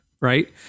Right